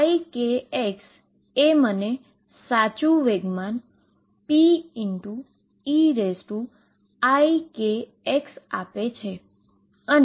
વળી eikx એ મને સાચુ મોમેન્ટમ peikx આપે છે